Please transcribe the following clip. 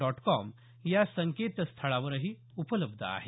dot com या संकेतस्थळावरही उपलब्ध आहे